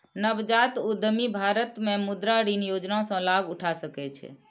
नवजात उद्यमी भारत मे मुद्रा ऋण योजना सं लाभ उठा सकै छै